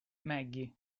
maggie